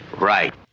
Right